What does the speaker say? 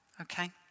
Okay